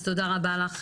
אז תודה רבה לך.